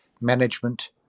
management